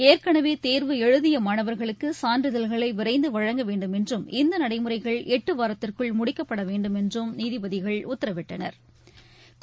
ஏற்கனவே தேர்வு எழுதிய மாணவர்களுக்கு சான்றிதழ்களை விரைந்து வழங்க வேண்டுமென்றும் இந்த நடைமுறைகள் எட்டு வாரத்திற்குள் முடிக்கப்பட வேண்டுமென்றும் நீதிபதிகள் உத்தரவிட்டனா்